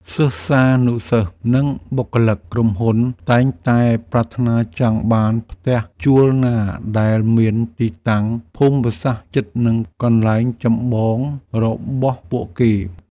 សិស្សានុសិស្សនិងបុគ្គលិកក្រុមហ៊ុនតែងតែប្រាថ្នាចង់បានផ្ទះជួលណាដែលមានទីតាំងភូមិសាស្ត្រជិតនឹងកន្លែងចម្បងរបស់ពួកគេ។